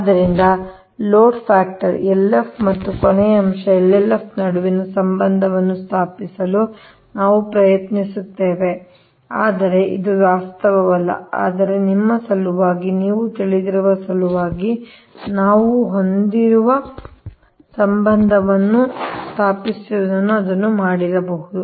ಆದ್ದರಿಂದ load factor LF ಮತ್ತು ಕೊನೆಯ ಅಂಶ LLF ನಡುವಿನ ಸಂಬಂಧವನ್ನು ಸ್ಥಾಪಿಸಲು ನಾವು ಪ್ರಯತ್ನಿಸುತ್ತೇವೆ ಆದರೆ ಇದು ವಾಸ್ತವವಲ್ಲ ಆದರೆ ನಿಮ್ಮ ಸಲುವಾಗಿ ನೀವು ತಿಳಿದಿರುವ ಸಲುವಾಗಿ ನಾವು ಹೊಂದಿರುವ ಸಂಬಂಧವನ್ನು ಸ್ಥಾಪಿಸುವುದರಿಂದ ಅದನ್ನು ಮಾಡಿರಬಹುದು